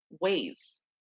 ways